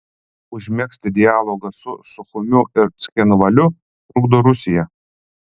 užmegzti dialogą su suchumiu ir cchinvaliu trukdo rusija